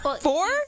Four